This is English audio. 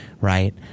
right